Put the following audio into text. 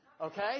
Okay